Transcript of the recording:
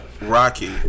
Rocky